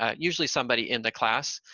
ah usually, somebody in the class,